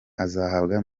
azahabwa